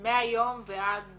מהיום ועד